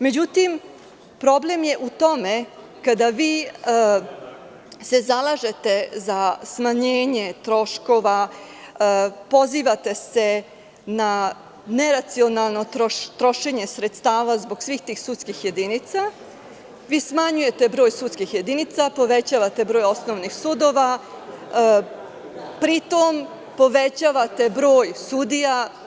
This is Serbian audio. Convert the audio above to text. Međutim, problem je u tome, kada vi se zalažete za smanjenje troškova, pozivate se na neracionalno trošenje sredstava zbog svih tih sudskih jedinica, vi smanjujete broj sudskih jedinica, povećavate broj osnovnih sudova, pri tom, povećate broj sudija.